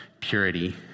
purity